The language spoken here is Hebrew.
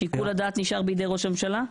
שיקול הדעת נשאר בידי ראש הממשלה?